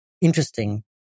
interesting